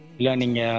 Learning